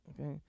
Okay